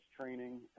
training